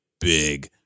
big